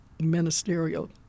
ministerial